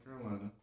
Carolina